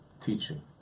teaching